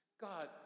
God